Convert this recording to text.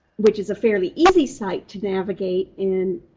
which is a fairly easy site to navigate in,